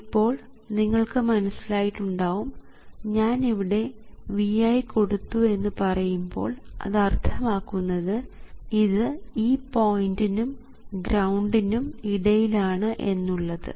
ഇപ്പോൾ നിങ്ങൾക്ക് മനസ്സിലായിട്ടുണ്ടാവും ഞാൻ ഇവിടെ Vi കൊടുത്തു എന്നു പറയുമ്പോൾ അത് അർത്ഥമാക്കുന്നത് ഇത് ഈ പോയിൻറ് നും ഗ്രൌണ്ട് നും ഇടയിലാണ് എന്നുള്ളത്